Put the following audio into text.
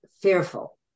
fearful